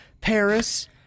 Paris